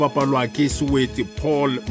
Paul